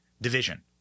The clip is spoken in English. division